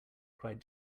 cried